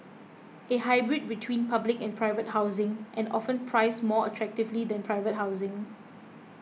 a hybrid between public and private housing and often priced more attractively than private housing